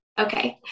Okay